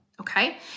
okay